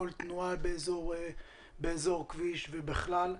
בכל תנועה באזור כביש ובכלל.